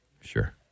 sure